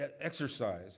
exercise